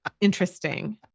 interesting